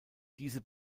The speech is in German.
diese